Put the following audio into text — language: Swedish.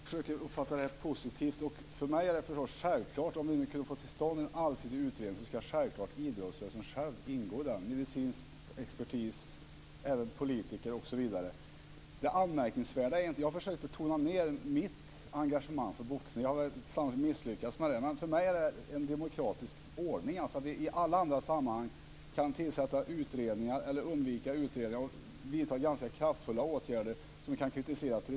Fru talman! Jag försöker att uppfatta det positivt. För mig är det förstås självklart. Om vi nu kan få till stånd en allsidig utredning ska självklart idrottsrörelsen själv ingå, liksom medicinsk expertis, politiker, osv. Jag försökte tona ned mitt engagemang för boxning. Jag har sannolikt misslyckats med det. För mig är det en demokratisk ordning. Vi kan i alla andra sammanhang tillsätta utredningar, eller undvika utredningar, och vidta ganska kraftfulla åtgärder som kan kritiseras.